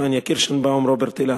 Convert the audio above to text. פניה קירשנבאום ורוברט אילטוב,